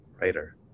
writer